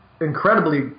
incredibly